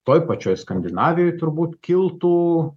toj pačioj skandinavijoj turbūt kiltų